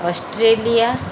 Australia